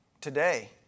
Today